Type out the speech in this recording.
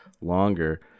longer